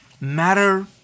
matter